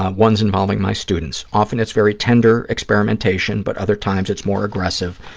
ah ones involving my students. often it's very tender experimentation, but other times it's more aggressive.